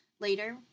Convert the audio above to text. later